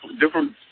different